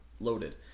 loaded